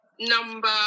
Number